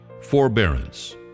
forbearance